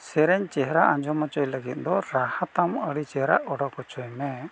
ᱥᱮᱨᱮᱧ ᱪᱮᱦᱨᱟ ᱟᱸᱡᱚᱢ ᱚᱪᱚᱭ ᱞᱟᱹᱜᱤᱫ ᱫᱚ ᱨᱟᱦᱟ ᱛᱟᱢ ᱟᱹᱰᱤ ᱪᱮᱦᱨᱟ ᱩᱰᱩᱠ ᱦᱚᱪᱚᱭ ᱢᱮ